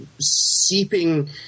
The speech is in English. seeping